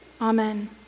Amen